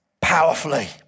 powerfully